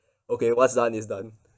okay what's done is done